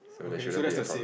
so there shouldn't be a problem